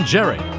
Jerry